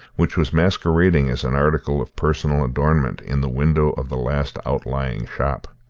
which was masquerading as an article of personal adornment in the window of the last outlying shop.